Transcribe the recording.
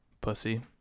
Pussy